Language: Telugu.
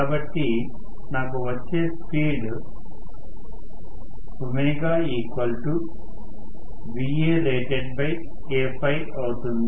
కాబట్టి నాకు వచ్చే స్పీడ్ ω VaratedK అవుతుంది